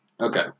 Okay